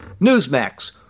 Newsmax